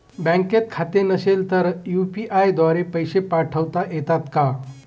बँकेत खाते नसेल तर यू.पी.आय द्वारे पैसे पाठवता येतात का?